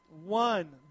one